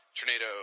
Tornado